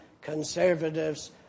conservatives